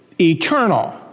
eternal